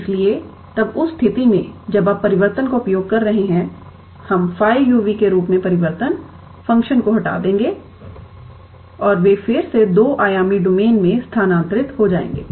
इसलिए तब उस स्थिति में जब आप परिवर्तन का उपयोग कर रहे हैं हम 𝜑 𝑢 v के रूप में परिवर्तन फ़ंक्शन को हटा देंगे और वे फिर से दो आयामी डोमेन में स्थानांतरित हो जाएंगे